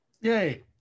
Yay